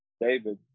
David